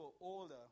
older